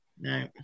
No